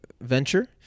venture